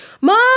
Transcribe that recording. Mom